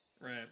Right